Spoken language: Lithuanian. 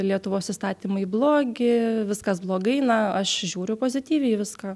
lietuvos įstatymai blogi viskas blogai na aš žiūriu pozityviai į viską